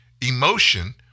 Emotion